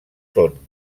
són